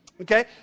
Okay